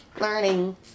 Learning